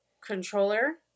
controller